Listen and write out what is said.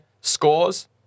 scores